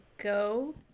go